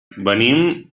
venim